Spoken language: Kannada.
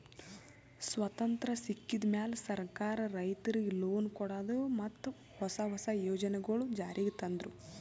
ಸ್ವತಂತ್ರ್ ಸಿಕ್ಕಿದ್ ಮ್ಯಾಲ್ ಸರ್ಕಾರ್ ರೈತರಿಗ್ ಲೋನ್ ಕೊಡದು ಮತ್ತ್ ಹೊಸ ಹೊಸ ಯೋಜನೆಗೊಳು ಜಾರಿಗ್ ತಂದ್ರು